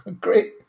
great